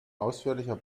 ausführlicher